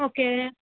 okay